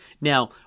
Now